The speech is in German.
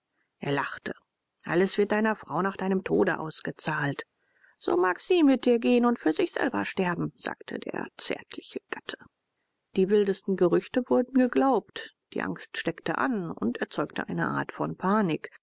er lachte alles wird deiner frau nach deinem tode ausgezahlt so mag sie mit dir gehen und für sich selber sterben sagte der zärtliche gatte die wildesten gerüchte wurden geglaubt die angst steckte an und erzeugte eine art von panik